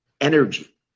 energy